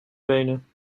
benen